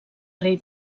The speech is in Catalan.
rei